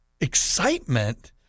excitement